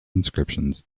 inscriptions